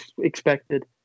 expected